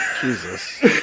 Jesus